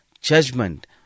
judgment